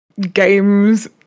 games